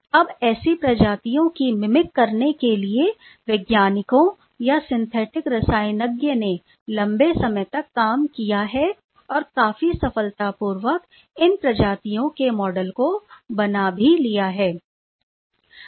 अब ऐसी प्रजातियों की मीमीक करने के लिए वैज्ञानिकों या सिंथेटिक रसायनज्ञ ने लंबे समय तक काम किया है और काफी सफलतापूर्वक इन प्रजातियों के मॉडल को बना भी लिया है